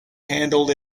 handled